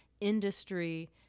industry